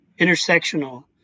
intersectional